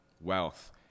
wealth